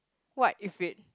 what if it